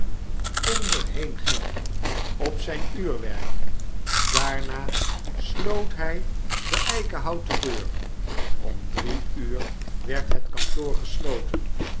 heen ging op zyn uurwerk daarna sloot hij de eikenhouten deur om drie uur werd het kantoor gesloten